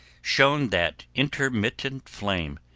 shone that intermittent flame,